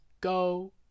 go